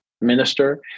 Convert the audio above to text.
minister